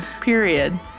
period